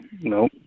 No